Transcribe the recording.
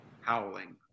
howling